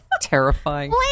terrifying